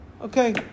Okay